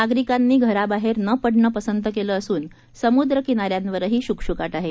नागरिकांनी घराबाहेर न पडणे पसंद केलं असून समुद्र किनाऱ्यावरही शुकशुकाट आहे